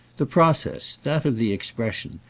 the process, that of the expression,